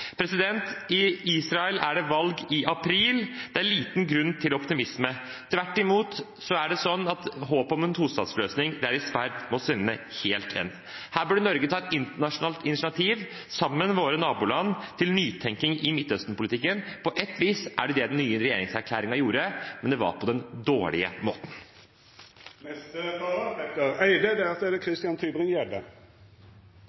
I Israel er det valg i april. Det er liten grunn til optimisme. Tvert imot er håpet om en tostatsløsning i ferd med å svinne helt hen. Her burde Norge ta et internasjonalt initiativ sammen med våre naboland til nytenking i Midtøsten-politikken. På ett vis er det det den nye regjeringserklæringen gjorde, men det var på den dårlige